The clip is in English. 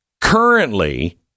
currently